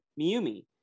Miyumi